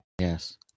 Yes